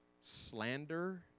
slander